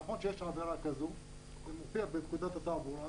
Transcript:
נכון שיש עבירה כזאת בפקודת התעבורה,